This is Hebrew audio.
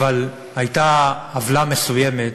אבל הייתה עוולה מסוימת,